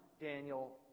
Daniel